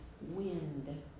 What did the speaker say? wind